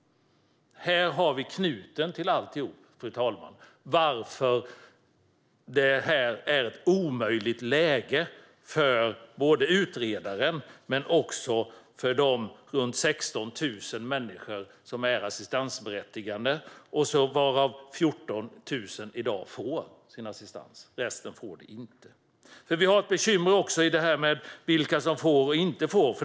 Här har vi knuten till alltihop. Det är ett omöjligt läge för såväl utredaren som för de ca 16 000 människor som är assistansberättigade. Av dessa får 14 000 assistans i dag; resten får det inte. Ett annat bekymmer är just vilka som får och inte får.